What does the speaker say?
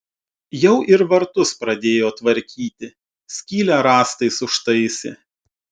jau ir vartus pradėjo tvarkyti skylę rąstais užtaisė